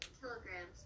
kilograms